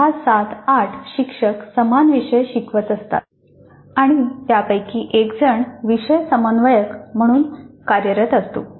6 7 8 शिक्षक समान विषय शिकवत असतात आणि त्यापैकी एकजण विषय समन्वयक म्हणून कार्यरत असतो